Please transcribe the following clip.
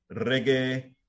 reggae